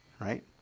Right